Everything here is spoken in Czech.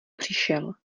přišel